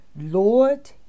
Lord